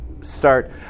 start